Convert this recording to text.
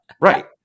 Right